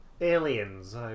aliens